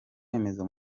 remezo